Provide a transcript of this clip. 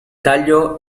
tallo